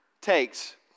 takes